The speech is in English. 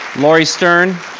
lori sterne.